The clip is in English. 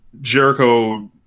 Jericho